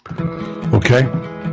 Okay